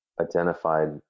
identified